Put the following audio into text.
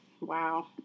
Wow